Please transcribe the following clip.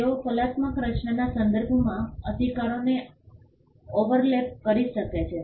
તેઓ કલાત્મક રચનાના સંદર્ભમાં અધિકારોને ઓવરલેપ કરી શકે છે